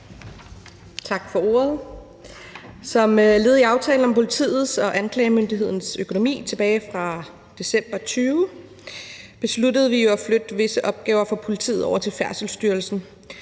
Tak for ordet. Som led i aftalen om politiets og anklagemyndighedens økonomi tilbage fra december 2020, besluttede vi jo at flytte visse opgaver fra politiet over til Færdselsstyrelsen.